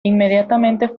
inmediatamente